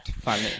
funny